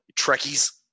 Trekkies